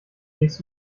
legst